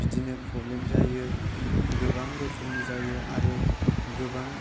बिदिनो प्रब्लेम जायो गोबां रोखोमनि जायो आरो गोबां